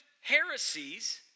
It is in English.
heresies